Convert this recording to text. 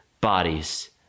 bodies